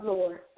Lord